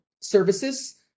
services